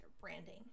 branding